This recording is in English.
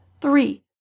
three